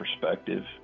perspective